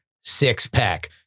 six-pack